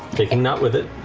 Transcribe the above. taking nott with it.